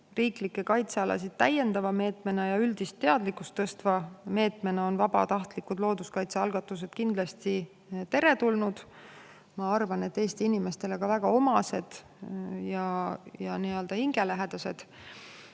riiklikke kaitsealasid täiendava meetmena ja üldist teadlikkust tõstva meetmena on vabatahtlikud looduskaitsealgatused kindlasti teretulnud. Ma arvan, et [need on] Eesti inimestele ka väga omased ja hingelähedased.